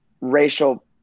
racial